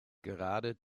gerade